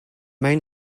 main